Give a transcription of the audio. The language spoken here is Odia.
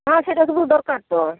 ହଁ ସେଟା ସବୁ ଦରକାର ତ